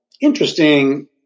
interesting